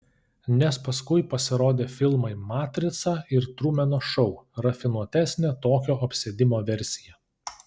nes paskui pasirodė filmai matrica ir trumeno šou rafinuotesnė tokio apsėdimo versija